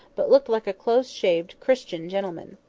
but looked like a close-shaved christian gentleman.